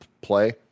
play